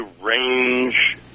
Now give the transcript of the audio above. range